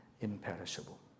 imperishable